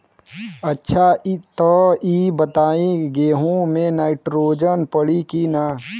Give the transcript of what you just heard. अच्छा त ई बताईं गेहूँ मे नाइट्रोजन पड़ी कि ना?